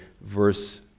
verse